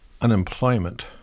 unemployment